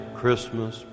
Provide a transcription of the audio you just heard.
Christmas